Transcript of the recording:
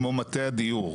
כמו מטה הדיור,